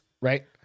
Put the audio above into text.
right